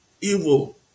Evil